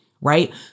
right